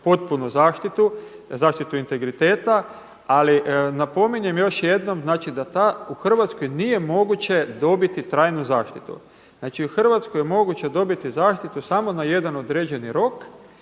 potpunu zaštitu, zaštitu integriteta ali napominjem još jednom znači da ta, u Hrvatskoj nije moguće dobiti trajnu zaštiti. Znači u Hrvatskoj je moguće dobiti zaštitu samo na jedan određeni rok